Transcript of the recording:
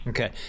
Okay